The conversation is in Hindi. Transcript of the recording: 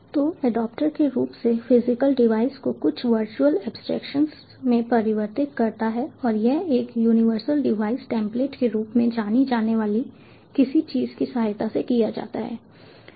तो एडॉप्टर मूल रूप से फिजिकल डिवाइस को कुछ वर्चुअल एब्स्ट्रैक्टशन में परिवर्तित करता है और यह यूनिवर्सल डिवाइस टेम्पलेट के रूप में जानी जाने वाली किसी चीज़ की सहायता से किया जाता है